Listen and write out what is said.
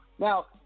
Now